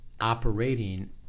operating